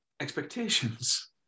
expectations